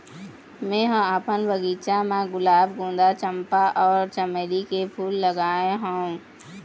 मेंहा अपन बगिचा म गुलाब, गोंदा, चंपा अउ चमेली के फूल लगाय हव